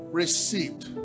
received